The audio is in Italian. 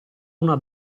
una